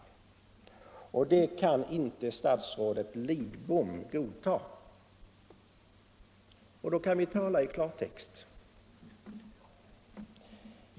Det kunde statsrådet Lidbom inte godta. Då kan vi tala i klartext.